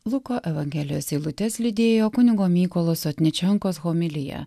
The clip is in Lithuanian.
luko evangelijos eilutes lydėjo kunigo mykolo sotničenkos homilija